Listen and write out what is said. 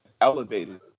elevated